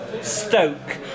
Stoke